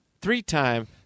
three-time